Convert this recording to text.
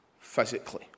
physically